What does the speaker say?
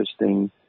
interesting